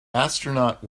astronaut